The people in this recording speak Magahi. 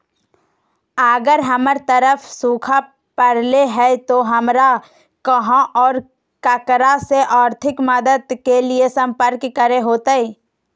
अगर हमर तरफ सुखा परले है तो, हमरा कहा और ककरा से आर्थिक मदद के लिए सम्पर्क करे होतय?